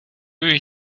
you